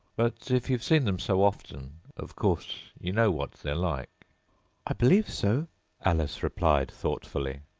but if you've seen them so often, of course you know what they're like i believe so alice replied thoughtfully.